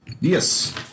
Yes